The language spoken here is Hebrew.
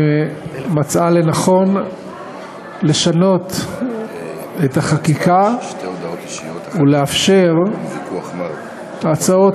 שמצאה לנכון לשנות את החקיקה ולאפשר הצעות